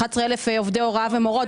11,000 עובדי הוראה ומורות,